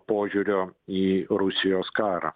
požiūrio į rusijos karą